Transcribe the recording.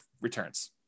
returns